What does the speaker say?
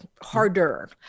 Harder